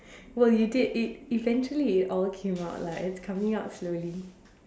well you did it eventually it all came out lah it's coming out slowly